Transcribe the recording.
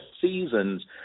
seasons